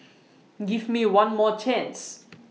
give me one more chance